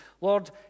Lord